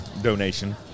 donation